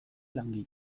langile